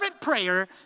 prayer